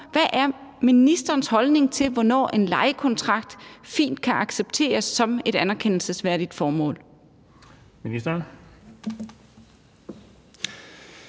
Hvad er ministerens holdning til, hvornår en lejekontrakt fint kan accepteres som et anerkendelsesværdigt formål? Kl.